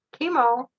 chemo